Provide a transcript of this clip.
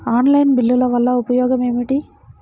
Online బిల్లుల వల్ల ఉపయోగమేమిటీ?